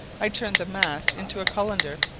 i turned the mass into a cullender,